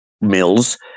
mills